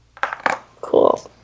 Cool